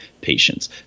patients